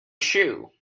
shoe